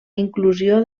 inclusió